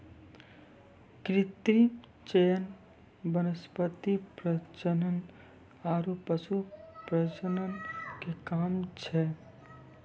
कृत्रिम चयन वनस्पति प्रजनन आरु पशु प्रजनन के काम छै